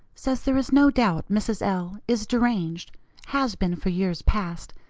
says there is no doubt mrs. l is deranged has been for years past,